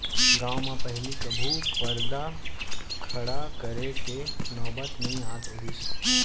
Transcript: गॉंव म पहिली कभू परदा खड़ा करे के नौबत नइ आत रहिस